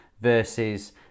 versus